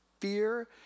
fear